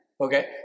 okay